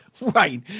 Right